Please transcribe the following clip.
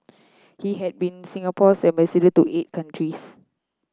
he had been Singapore's ambassador to eight countries